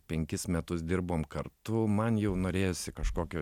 penkis metus dirbom kartu man jau norėjosi kažkokio